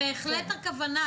זאת בהחלט הכוונה.